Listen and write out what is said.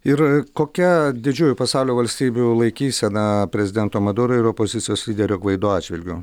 ir kokia didžiųjų pasaulio valstybių laikysena prezidento maduro ir opozicijos lyderio gvaido atžvilgiu